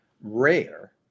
rare